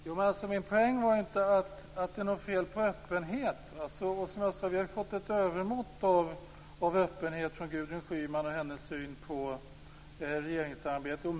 Herr talman! Min poäng var inte att det är något fel på öppenhet. Vi har, som jag sade, fått ett övermått av öppenhet från Gudrun Schyman när det gäller hennes syn på regeringssamarbete.